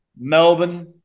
Melbourne